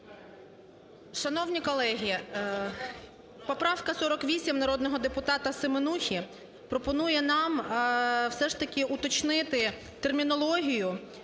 Шановні колеги, поправка 48 народного депутата Семенухи пропонує нам все ж таки уточнити термінологію